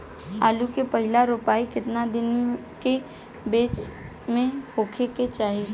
आलू क पहिला रोपाई केतना दिन के बिच में होखे के चाही?